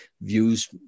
views